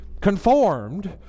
conformed